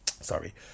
sorry